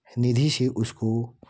निधि से उसको